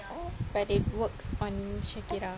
but it works on shakirah